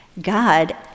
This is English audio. god